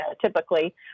Typically